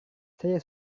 saya